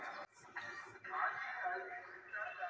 रोगप्रतिकारक शक्ती वाढावी म्हणून जनावरांना कोणते खाद्य द्यावे?